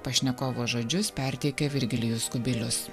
pašnekovo žodžius perteikia virgilijus kubilius